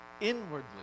inwardly